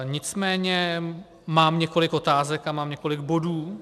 Nicméně mám několik otázek a mám několik bodů.